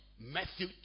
Matthew